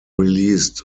released